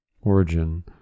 Origin